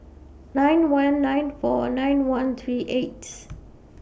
nine one nine four nine one three eights